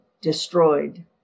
destroyed